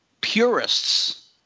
purists